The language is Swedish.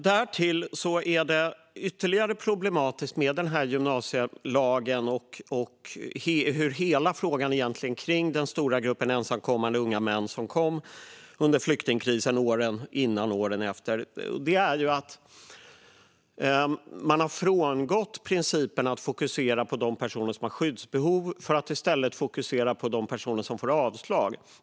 Därtill är det problematiskt med gymnasielagen och hela frågan om den stora gruppen ensamkommande unga män som kom under flyktingkrisen och åren innan och åren efter att man har frångått principen att fokusera på de personer som har skyddsbehov för att i stället fokusera på de personer som får avslag.